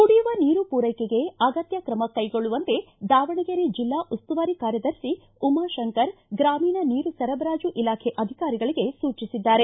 ಕುಡಿಯುವ ನೀರು ಪೂರೈಕೆಗೆ ಅಗತ್ಯ ಕ್ರಮ ಕೈಗೊಳ್ಳುವಂತೆ ದಾವಣಗೆರೆ ಜಿಲ್ಲಾ ಉಸ್ತುವಾರಿ ಕಾರ್ಯದರ್ತಿ ಉಮಾತಂಕರ್ ಗ್ರಾಮೀಣ ನೀರು ಸರಬರಾಜು ಇಲಾಖೆ ಅಧಿಕಾರಿಗಳಿಗೆ ಸೂಚಿಸಿದ್ದಾರೆ